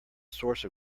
source